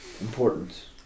importance